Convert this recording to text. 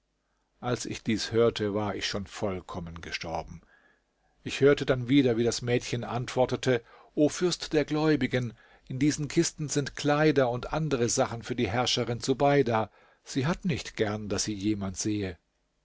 als ich dies hörte war ich schon vollkommen gestorben ich hörte dann wieder wie das mädchen antwortete o fürst der gläubigen in diesen kisten sind kleider und andere sachen für die herrscherin zubeida sie hat nicht gern daß sie jemand sehe